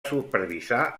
supervisar